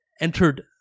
entered